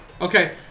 Okay